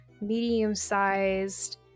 medium-sized